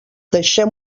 deixem